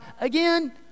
again